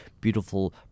beautiful